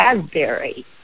raspberry